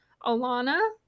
Alana